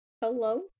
hello